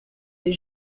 les